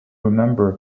remember